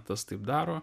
tas taip daro